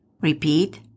Repeat